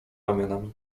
ramionami